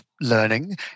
learning